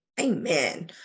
Amen